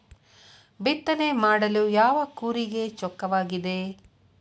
ಬಿತ್ತನೆ ಮಾಡಲು ಯಾವ ಕೂರಿಗೆ ಚೊಕ್ಕವಾಗಿದೆ?